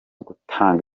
gutanga